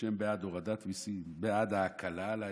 שהם בעד הורדת מיסים, בעד ההקלה על האזרחים.